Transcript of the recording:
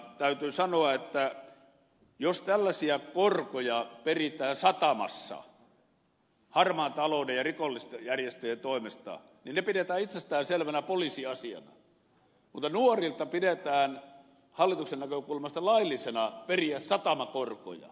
täytyy sanoa että jos tällaisia korkoja peritään satamassa harmaan talouden ja rikollisjärjestöjen toimesta niin ne pidetään itsestäänselvänä poliisiasiana mutta nuorilta pidetään hallituksen näkökulmasta laillisena periä satamakorkoja